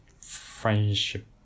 friendship